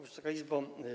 Wysoka Izbo!